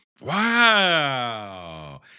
Wow